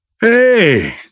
Hey